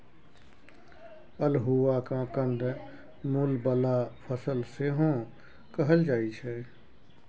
अल्हुआ केँ कंद मुल बला फसल सेहो कहल जाइ छै